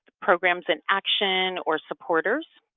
programs in action or supporters,